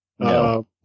No